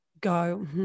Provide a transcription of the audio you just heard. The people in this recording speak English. go